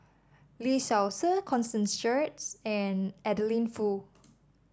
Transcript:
Lee Seow Ser Constance Sheares and Adeline Foo